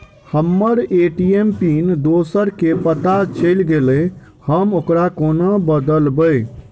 हम्मर ATM pin दोसर केँ पत्ता चलि गेलै, हम ओकरा कोना बदलबै?